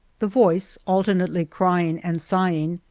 the voice, alternately crying and sighing,